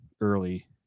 early